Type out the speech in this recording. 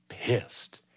pissed